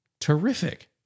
terrific